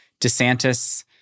DeSantis